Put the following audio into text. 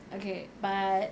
okay but